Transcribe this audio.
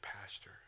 pastor